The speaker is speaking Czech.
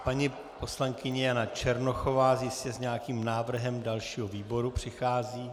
Paní poslankyně Jana Černochová jistě s nějakým návrhem dalšího výboru přichází.